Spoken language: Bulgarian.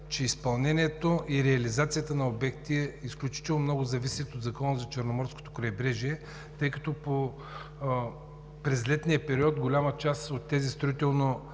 изпълнението и реализацията на обекти изключително много зависи от Закона за Черноморското крайбрежие, тъй като през летния период голяма част от тези строително-ремонтни